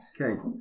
Okay